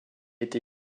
été